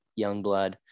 Youngblood